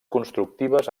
constructives